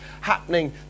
happening